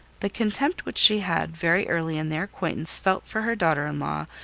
the contempt which she had, very early in their acquaintance, felt for her daughter-in-law,